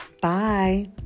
bye